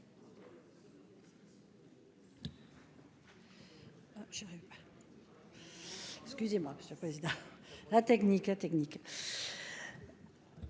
Merci